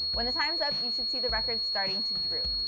when the time's up, you should see the records starting to droop.